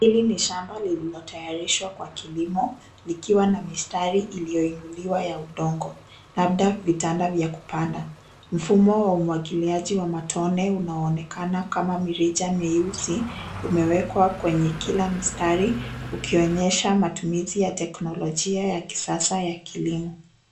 Hili ni shamba lililotayarishwa kwa kilimo likiwa na mistari iliyoinuliwa ya udongo, labda vitanda vya kupanda. Mfumo wa umwagiliaji wa matone unaonekana kama mirija meusi imewekwa kwenye kila mstari ukionyesha matumizi ya teknolojia ya kisasa ya kilimo.